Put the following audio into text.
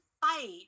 fight